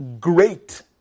great